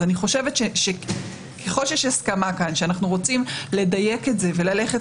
אז אני חושבת שככל שיש כאן הסכמה שאנחנו רוצים לדייק את זה וללכת